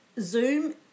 Zoom